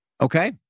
Okay